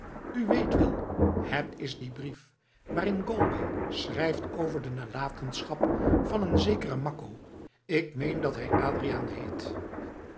u weet wel het is die brief waarin galway schrijft over de nalatenschap van een zekeren makko k meen dat hij adriaan heet